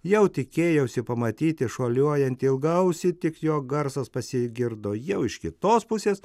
jau tikėjausi pamatyti šuoliuojantį ilgaausį tik jo garsas pasigirdo jau iš kitos pusės